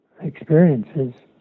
experiences